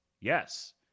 yes